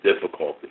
difficulty